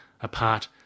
Apart